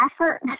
effort